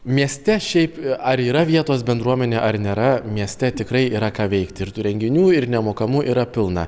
mieste šiaip ar yra vietos bendruomenei ar nėra mieste tikrai yra ką veikti ir tų renginių ir nemokamų yra pilna